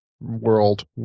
world